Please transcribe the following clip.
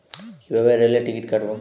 কিভাবে রেলের টিকিট কাটব?